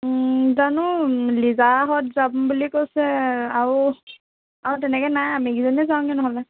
জানো লিজাহঁত যাম বুলি কৈছে আৰু আৰু তেনেকৈ নাই আমিকেইজনীয়ে যাওঁগৈ নহ'লে